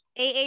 AA